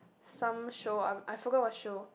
some show I I forgot what show